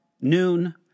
noon